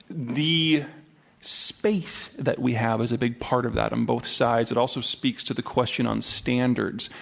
the space that we have is a big part of that on both sides. it also speaks to the question on standards.